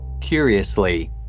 Curiously